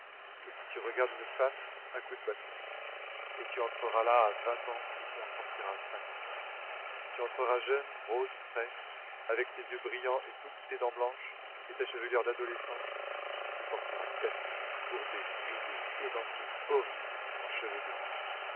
et si tu regardes une femme un coup de bâton et tu entreras là à vingt ans et tu en sortiras à cinquante tu entreras jeune rose frais avec tes yeux brillants et toutes tes dents blanches et ta chevelure d'adolescent tu sortiras cassé courbé ridé édenté horrible en cheveux blancs